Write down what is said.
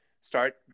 start